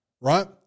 right